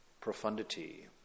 profundity